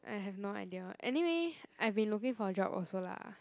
I have no idea what anyway I have been looking for a job also lah